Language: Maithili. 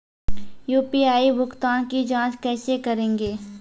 यु.पी.आई भुगतान की जाँच कैसे करेंगे?